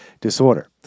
disorder